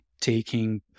taking